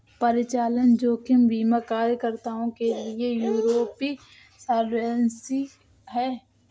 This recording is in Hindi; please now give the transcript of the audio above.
परिचालन जोखिम बीमाकर्ताओं के लिए यूरोपीय सॉल्वेंसी है